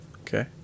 Okay